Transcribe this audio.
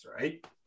right